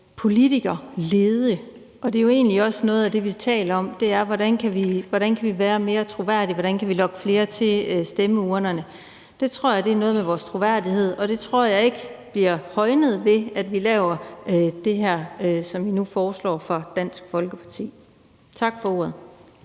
politikerlede. Det er jo egentlig også noget af det, vi taler om. Hvordan kan vi være mere troværdige? Hvordan kan vi lokke flere til stemmeurnerne? Jeg tror, det har noget at gøre med vores troværdighed, og den tror jeg ikke bliver højnet, ved at vi laver det her, som man nu foreslår fra Dansk Folkepartis side. Tak for ordet.